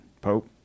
Pope